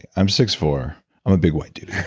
i'm six four. i'm a big white dude. okay.